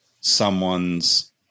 someone's